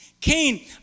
Cain